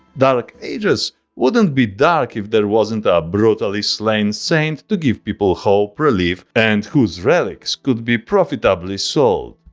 dark ages wouldn't be dark if there wasn't a brutally slain saint to give people hope, relief, and whose relics could be profitably sold.